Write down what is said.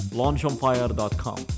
launchonfire.com